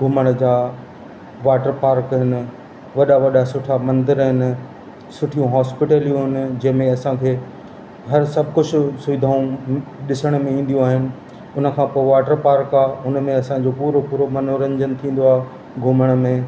घुमण जा water park आहिनि वॾा वॾा सुठा मंदर आहिनि सुठियूं हॉस्पिटलियूं आहिनि जंहिंमें असांखे हर सभु कुझु सुविधाऊं ॾिसण में ईंदियूं आहिनि उन खां पोइ वॉटर पार्क आहे उन में असांजो पूरो पूरो मनोरंजन थींदो आहे घुमण में